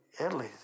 Italy